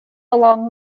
along